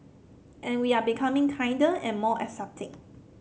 and we are becoming kinder and more accepting